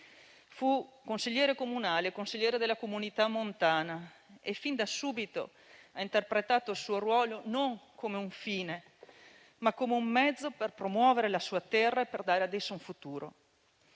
Fu consigliere comunale, consigliere della comunità montana e fin da subito interpretò il suo ruolo non come un fine, ma come un mezzo per promuovere la sua terra e per dare ad essa un futuro.